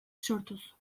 sortuz